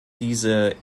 diese